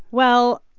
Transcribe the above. well,